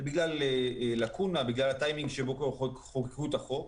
זה בגלל לקונה, בגלל הטיימינג שבו חוקקו את החוק.